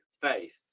faith